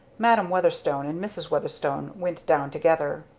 madam weatherstone and mrs. weatherstone went down together.